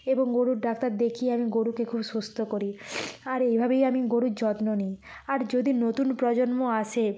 এবং গরুর ডাক্তার দেখিয়ে আমি গরুকে খুব সুস্থ করি আর এইভাবেই আমি গরুর যত্ন নিই আর যদি নতুন প্রজন্ম আসে